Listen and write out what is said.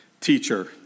teacher